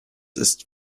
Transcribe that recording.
ist